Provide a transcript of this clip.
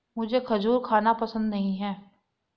मुझें खजूर खाना पसंद नहीं है